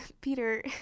Peter